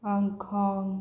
Hong Kong